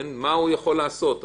מה הוא יכול לעשות?